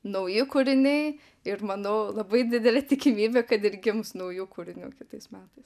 nauji kūriniai ir manau labai didelė tikimybė kad ir gims naujų kūrinių kitais metais